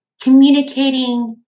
communicating